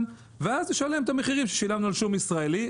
ואז נשלם את המחירים ששילמנו על שום ישראלי.